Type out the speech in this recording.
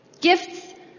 gifts